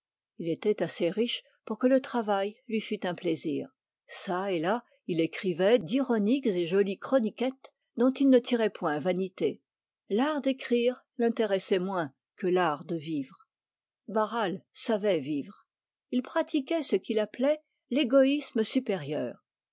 il était assez riche pour que le travail lui fût un plaisir çà et là il écrivait d'ironiques et jolies chroniquettes dont il ne tirait point vanité l'art d'écrire l'intéressait moins que l'art de vivre barral savait vivre il pratiquait ce qu'il appelait l'égoïsme supérieur